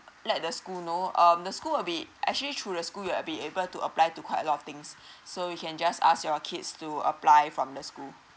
let the school know um the school will be actually through the school you'll be able to apply to quite a lot of things so you can just ask your kids to apply from the school